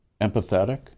empathetic